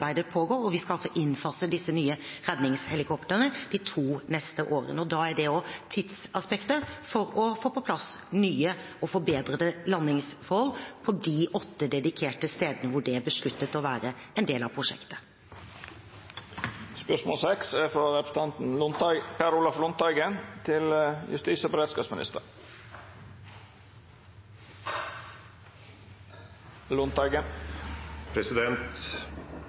vi skal innfase disse nye redningshelikoptrene de to neste årene. Da er det også tidsaspektet for å få på plass nye og forbedrede landingsforhold for de åtte dedikerte stedene hvor det er besluttet å være en del av prosjektet.